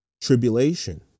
tribulation